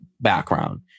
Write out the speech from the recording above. background